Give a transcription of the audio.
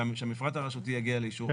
שהמפרט הרשותי יגיע לאישור המועצה.